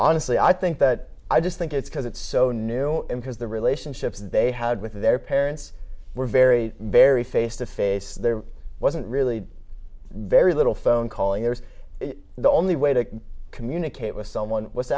honestly i think that i just think it's because it's so new because the relationships they had with their parents were very very face to face there wasn't really very little phone calling it was the only way to communicate with someone w